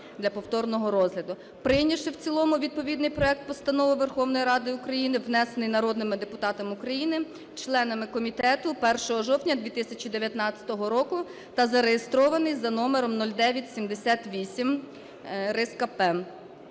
для повторного розгляду, прийнявши в цілому відповідний проект постанови Верховної Ради України, внесений народними депутатами України - членами комітету 1 жовтня 2019 року та зареєстрований за номером 0978/П.